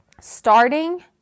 starting